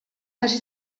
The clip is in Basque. hasi